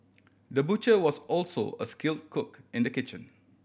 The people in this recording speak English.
the butcher was also a skill cook in the kitchen